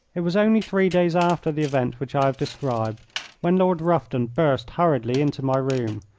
it was only three days after the event which i have described when lord rufton burst hurriedly into my room.